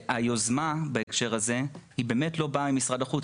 שהיוזמה בהקשר הזה היא באמת לא באה ממשרד החוץ.